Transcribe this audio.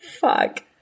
fuck